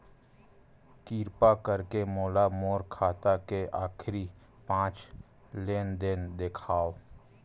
किरपा करके मोला मोर खाता के आखिरी पांच लेन देन देखाव